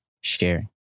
sharing